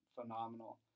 phenomenal